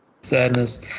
sadness